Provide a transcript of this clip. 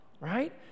right